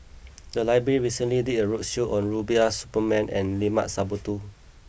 the library recently did a roadshow on Rubiah Suparman and Limat Sabtu